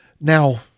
Now